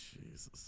Jesus